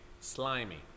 slimy